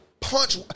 Punch